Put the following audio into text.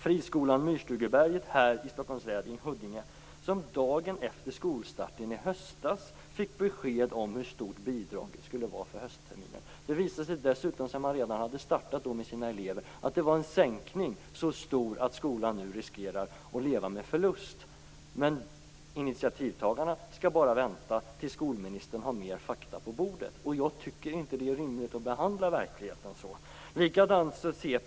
Friskolan Myrstugeberget i Huddinge i Stockholms län fick dagen efter skolstarten i höstas besked om hur stort bidraget skulle bli för höstterminen. Det visade sig dessutom - efter det att man hade startat med sina elever - att det rörde sig om en sänkning så stor att skolan nu riskerar att gå med förlust. Men initiativtagarna skall bara vänta till dess att skolministern har mer fakta på bordet. Jag tycker inte att det är rimligt att behandla verkligheten på det viset.